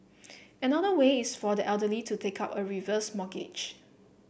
another way is for the elderly to take up a reverse mortgage